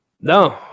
No